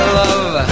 love